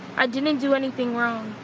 i didn't didn't do anything wrong.